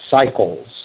cycles